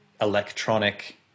electronic